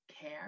care